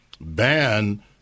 ban